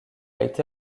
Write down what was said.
été